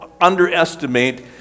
underestimate